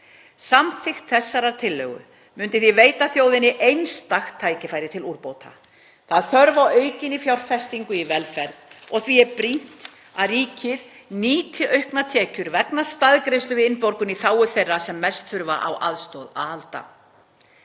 Samþykkt þessarar tillögu myndi því veita þjóðinni einstakt tækifæri til úrbóta. Það er þörf á aukinni fjárfestingu í velferð og því er brýnt að ríkið nýti auknar tekjur vegna staðgreiðslu við innborgun í þágu þeirra sem mest þurfa á aðstoð að halda.